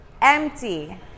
empty